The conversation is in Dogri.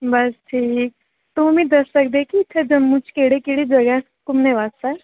बस ठीक तूं मिगी दस्सी सकदे इत्थै जम्मू च केह्ड़े केह्ड़े जगह घूमने बास्तै